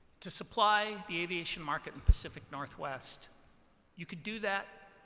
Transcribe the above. to supply the aviation market in pacific northwest you could do that.